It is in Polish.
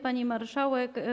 Pani Marszałek!